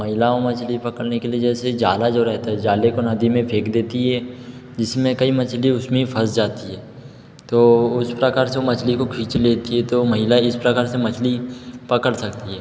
महिलाओं मछली पकड़ने के लिए जैसे जाल जो रहता है उस जाल को नदी में फेंक देती हैं जिसमें कई मछली उसमें ही फंस जाती है तो उसका कार्य जो मछली को खींच लेती है तो महिला इस प्रकार से मछली पकड़ सकती है